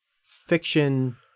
fiction